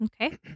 Okay